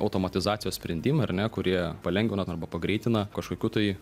automatizacijos sprendimai ar ne kurie palengvina arba pagreitina kažkokių tai